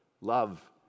love